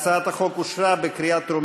ההצעה להעביר את הצעת חוק התכנון והבנייה (תיקון,